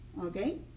okay